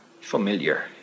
familiar